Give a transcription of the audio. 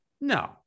No